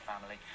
family